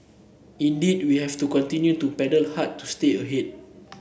indeed we have to continue to paddle hard to stay ahead